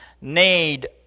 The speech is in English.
need